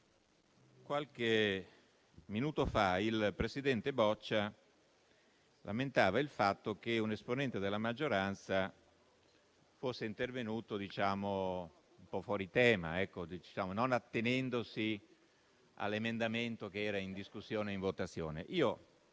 qualche minuto fa il presidente Boccia lamentava il fatto che un esponente della maggioranza fosse intervenuto un po' fuori tema, non attenendosi all'emendamento che era in votazione.